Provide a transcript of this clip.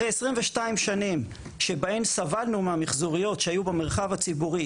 אחרי 22 שנים שבהם סבלנו מהמחזוריות שהיו במרחב הציבורי,